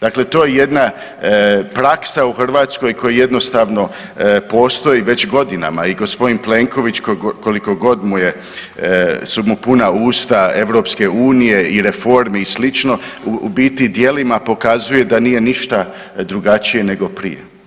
Dakle, to je jedna praksa u Hrvatskoj koja jednostavno postoji već godinama i g. Plenković kolikogod su mu puna usta EU i reformi i sl. u biti djelima pokazuje da nije ništa drugačije nego prije.